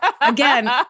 again